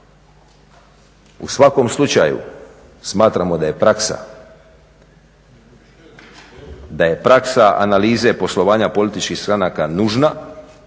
U svakom slučaju smatramo da je praksa analize poslovanja političkih stranaka nužna,